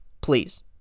please